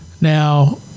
Now